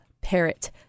parrot